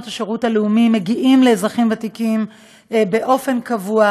השירות הלאומי מגיעים לאזרחים ותיקים באופן קבוע,